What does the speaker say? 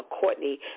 Courtney